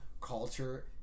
culture